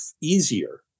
easier